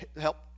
help